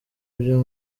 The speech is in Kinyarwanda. byo